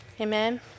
amen